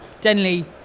Denley